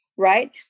Right